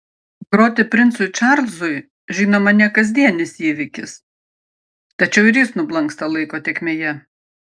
groti princui čarlzui žinoma ne kasdienis įvykis tačiau ir jis nublanksta laiko tėkmėje